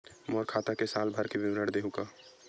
मोर खाता के साल भर के विवरण देहू का?